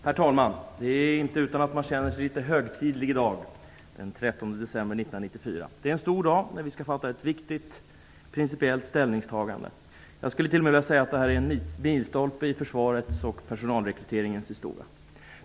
Herr talman! Det är inte utan att man känner sig litet högtidlig i dag den 12 december 1994. Det är en stor dag då vi skall göra ett viktigt principiellt ställningstagande. Jag skulle t.o.m. vilja säga att detta är en milstolpe i försvarets och personalrekryteringens historia.